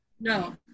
no